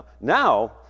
Now